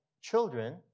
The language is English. children